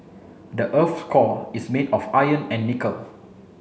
the earth's core is made of iron and nickel